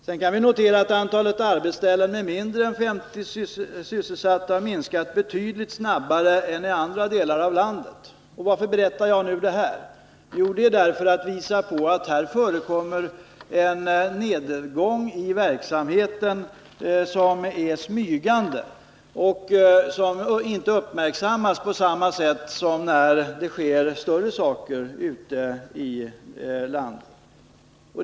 Vi kan vidare notera att antalet arbetsställen med mindre än 50 sysselsatta minskat betydligt snabbare här än i andra delar av landet. Varför berättar jag nu detta? Jo, det är för att visa att det här sker en nedgång i verksamheten som är smygande och som därför inte uppmärksammas på samma sätt som när det sker större saker ute i landet.